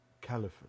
Caliphate